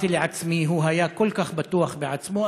אמרתי לעצמי: הוא היה כל כך בטוח בעצמו,